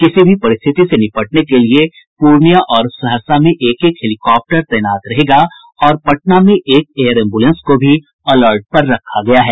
किसी भी परिस्थिति से निपटने के लिये पूर्णियां और सहरसा में एक एक हेलीकाप्टर तैनात रहेगा और पटना में एक एयर एम्ब्रेलेंस को भी अलर्ट पर रखा गया है